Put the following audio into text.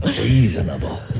Reasonable